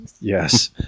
Yes